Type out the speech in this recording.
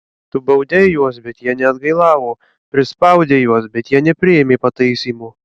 tu baudei juos bet jie neatgailavo prispaudei juos bet jie nepriėmė pataisymo